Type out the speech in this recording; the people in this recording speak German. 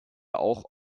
auch